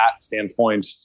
standpoint